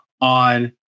on